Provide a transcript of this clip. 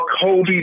Kobe